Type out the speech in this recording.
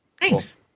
Thanks